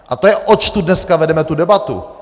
A to je, oč tu dneska vedeme debatu.